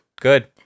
Good